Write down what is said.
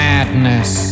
Madness